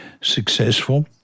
successful